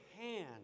hand